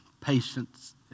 patience